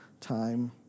time